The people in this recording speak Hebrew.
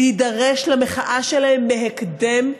להידרש למחאה שלהם בהקדם.